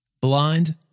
blind